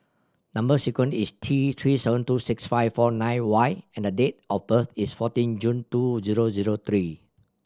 number sequence is T Three seven two six five four nine Y and the date of birth is fourteen June two zero zero three